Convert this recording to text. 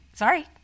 Sorry